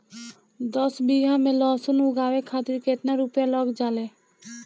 दस बीघा में लहसुन उगावे खातिर केतना रुपया लग जाले?